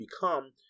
become